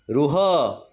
ରୁହ